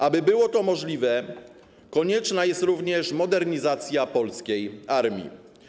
Aby było to możliwe, konieczna jest modernizacja polskiej armii.